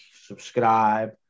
subscribe